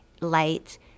light